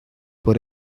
por